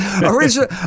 original